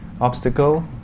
Obstacle